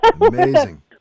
Amazing